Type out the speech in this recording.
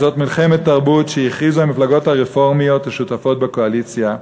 זאת מלחמת תרבות שהכריזו המפלגות הרפורמיות השותפות בקואליציה.